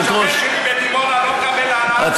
השכן שלי בדימונה לא מקבל העלאת שכר עשר שנים.